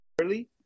early